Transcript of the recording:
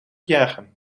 jagen